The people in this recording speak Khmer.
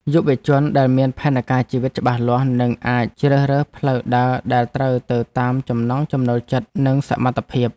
យុវជនដែលមានផែនការជីវិតច្បាស់លាស់នឹងអាចជ្រើសរើសផ្លូវដើរដែលត្រូវទៅតាមចំណង់ចំណូលចិត្តនិងសមត្ថភាព។